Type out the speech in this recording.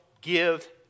give